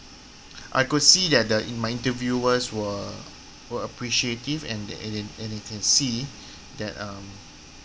I could see that the my interviewers were were appreciative and and and and they can see that um